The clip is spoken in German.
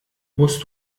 musst